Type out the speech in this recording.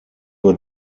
were